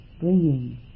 bringing